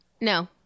No